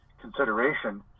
consideration